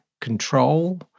control